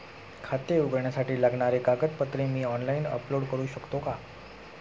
खाते उघडण्यासाठी लागणारी कागदपत्रे मी ऑनलाइन अपलोड करू शकतो का?